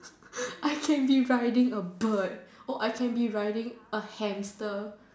I can be riding a bird or I can be riding a hamster